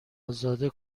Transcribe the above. ازاده